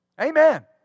Amen